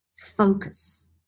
focus